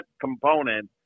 component